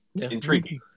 intriguing